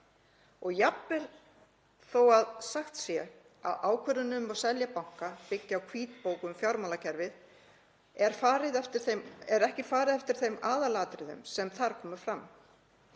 Og jafnvel þó að sagt sé að ákvörðunin um að selja banka byggi á hvítbók um fjármálakerfið er ekki farið eftir þeim aðalatriðum sem þar koma fram,